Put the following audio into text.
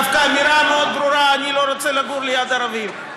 דווקא אמירה מאוד ברורה: אני לא רוצה לגור ליד ערבים.